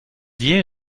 dié